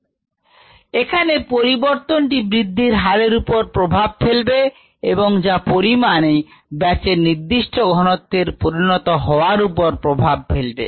μmSKSS এখানে পরিবর্তনটি বৃদ্ধির হারের উপর প্রভাব ফেলবে এবং যা পরিমাণে ব্যাচের নির্দিষ্ট ঘনত্বের পরিণত হওয়ার উপর প্রভাব ফেলবে